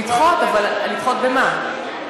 לדחות, אבל לדחות במה?